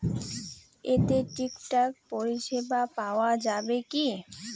এতে ঠিকঠাক পরিষেবা পাওয়া য়ায় কি?